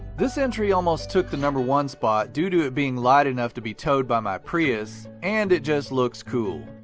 this entry almost took the number one spot due to it being light enough to be towed by my prius, and it just looks cool.